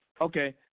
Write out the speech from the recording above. Okay